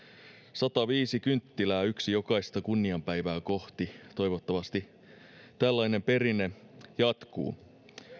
sataviisi kynttilää yksi jokaista kunnianpäivää kohti toivottavasti tällainen perinne jatkuu